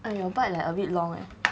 ah your bike like a bit long eh